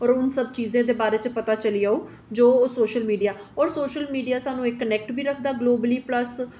ते उ'नें सब चीजें दे बारे च पता चली जाह्ग जो ओह् सोशल मीडिया ते ओह् सोशल मीडिया जो स्हान्नूं कोनैक्ट बी रखदा ग्लोबली प्लस